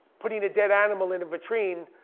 putting a dead animal in a vitrine.